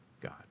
God